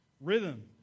Rhythm